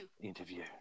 Interview